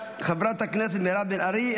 חברת הכנסת מירב בן ארי,